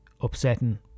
upsetting